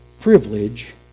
privilege